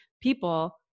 people